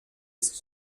ist